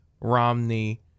Romney